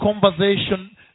conversation